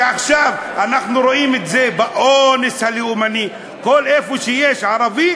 שעכשיו אנחנו רואים את זה ב"אונס הלאומני"; איפה שיש ערבי,